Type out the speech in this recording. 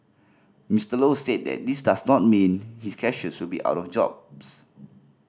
Mister Low said that this does not mean his cashiers will be out of jobs